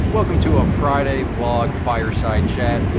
welcome to a friday vlog, fireside chat.